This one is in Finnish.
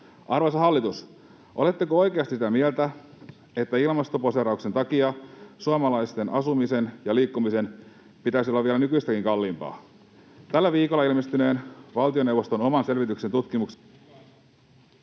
Arvoisa hallitus, oletteko oikeasti sitä mieltä, että ilmastoposeerauksen takia suomalaisten asumisen ja liikkumisen pitäisi olla vielä nykyistäkin kalliimpaa? Tällä viikolla ilmestyneen valtioneuvoston oman selvityksen ja tutkimuksen...